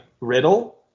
riddle